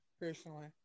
personally